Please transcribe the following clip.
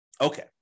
Okay